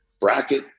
bracket